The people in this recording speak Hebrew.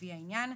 לפי העניין,